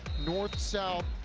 north-south,